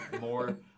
more